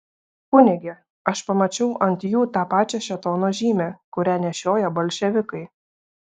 kunige aš pamačiau ant jų tą pačią šėtono žymę kurią nešioja bolševikai